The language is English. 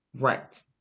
right